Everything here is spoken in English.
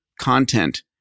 content